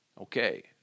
Okay